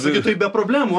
sakyt tai be problemų